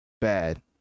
bad